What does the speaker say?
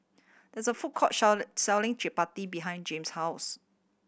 there is a food court share selling Chapati behind James' house